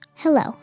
Hello